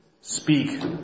speak